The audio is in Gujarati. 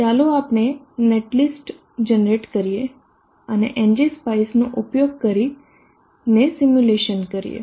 ચાલો આપણે નેટલિસ્ટ જનરેટ કરીએ અને એનજીસ્પાઈસનો ઉપયોગ કરીને સિમ્યુલેશન કરીએ